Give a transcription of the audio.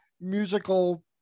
musical